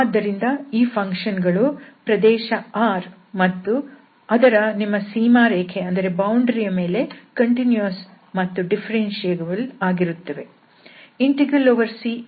ಆದ್ದರಿಂದ ಈ ಫಂಕ್ಷನ್ ಗಳು ಪ್ರದೇಶ R ಮತ್ತು ಅದರ ನಿಮ್ಮ ಸೀಮಾರೇಖೆಯ ಮೇಲೆ ಕಂಟಿನ್ಯೂಸ್ ಮತ್ತು ಡಿಫರೆನ್ಷಿಯಬಲ್ ಆಗಿರುತ್ತವೆ